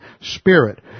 spirit